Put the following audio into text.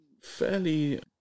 fairly